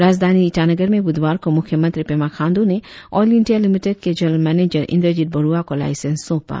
राजधानी ईटानगर में बुधवार को मुख्य मंत्री पेमा खांडू ने ऑयल इंडिया लिमिटेड के जनरल मनेजर इंद्रजीत बरुआ को लाईसेंस सौंपा